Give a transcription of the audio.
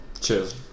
Cheers